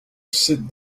sit